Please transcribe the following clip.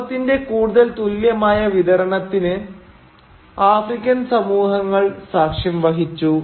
സമ്പത്തിന്റെ കൂടുതൽ തുല്യമായ വിതരണത്തിന് ആഫ്രിക്കൻ സമൂഹങ്ങൾ സാക്ഷ്യം വഹിച്ചു